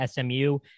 SMU